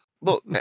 Look